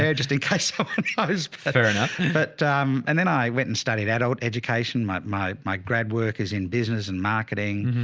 yeah just in case i was fair enough. but and then i went and studied that out education might, my, my grad work is in business and marketing.